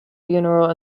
funeral